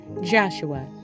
Joshua